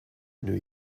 new